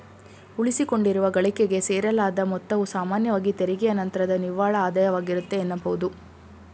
ಉಳಿಸಿಕೊಂಡಿರುವ ಗಳಿಕೆಗೆ ಸೇರಿಸಲಾದ ಮೊತ್ತವು ಸಾಮಾನ್ಯವಾಗಿ ತೆರಿಗೆಯ ನಂತ್ರದ ನಿವ್ವಳ ಆದಾಯವಾಗಿರುತ್ತೆ ಎನ್ನಬಹುದು